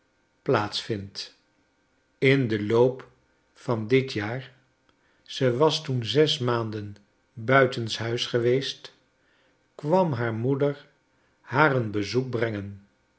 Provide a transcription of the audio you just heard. vindt in den loop van dit jaar ze was toen zes maanden buitenshuis geweest kwam haar moeder haar een bezoek brengen